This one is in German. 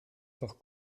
doch